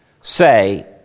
say